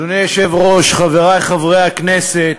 אדוני היושב-ראש, חברי חברי הכנסת,